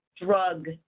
drug